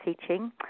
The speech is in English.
teaching